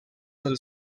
del